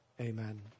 amen